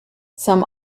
some